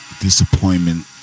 disappointment